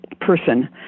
person